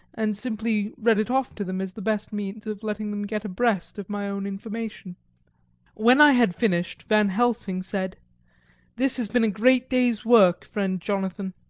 and simply read it off to them as the best means of letting them get abreast of my own information when i had finished van helsing said this has been a great day's work, friend jonathan.